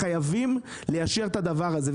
חייבים ליישר את הדבר הזה.